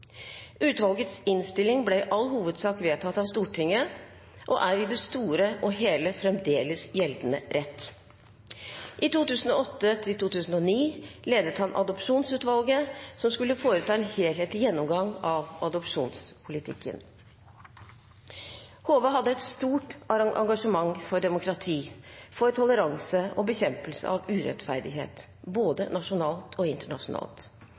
Utvalgets innstilling ble i all hovedsak vedtatt av Stortinget og er i det store og hele fremdeles gjeldende rett. I 2008–2009 ledet han Adopsjonsutvalget, som skulle foreta en helhetlig gjennomgang av adopsjonspolitikken. Hove hadde et stort engasjement for demokrati, toleranse og bekjempelse av urettferdighet, både nasjonalt og internasjonalt.